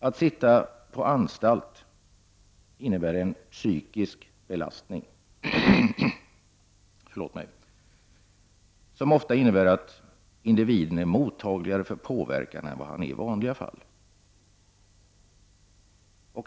Att sitta på anstalt innebär en psykisk belastning, som ofta medför att individen är mottagligare för påverkan än vad han är i vanliga fall.